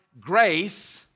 Grace